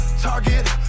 Target